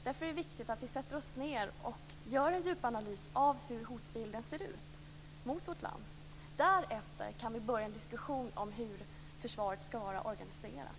Därför är det viktigt att vi sätter oss ned och gör en djupanalys av hur hotbilden mot vårt land ser ut. Därefter kan vi börja en diskussion om hur försvaret skall vara organiserat.